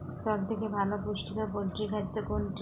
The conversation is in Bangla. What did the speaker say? সব থেকে ভালো পুষ্টিকর পোল্ট্রী খাদ্য কোনটি?